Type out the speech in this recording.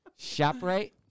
ShopRite